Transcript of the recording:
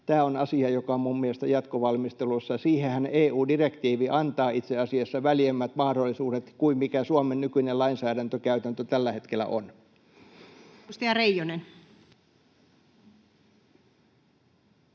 Tämä on asia, joka on minun mielestäni jatkovalmistelussa. Siihenhän EU-direktiivi antaa itse asiassa väljemmät mahdollisuudet kuin mikä Suomen nykyinen lainsäädäntökäytäntö tällä hetkellä on. [Speech